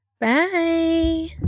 bye